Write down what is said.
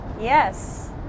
yes